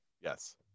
Yes